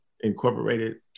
Incorporated